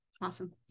Awesome